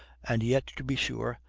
and yet, to be sure,